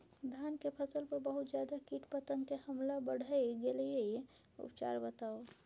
धान के फसल पर बहुत ज्यादा कीट पतंग के हमला बईढ़ गेलईय उपचार बताउ?